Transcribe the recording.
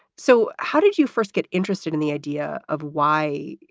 so how did you first get interested in the idea of why, you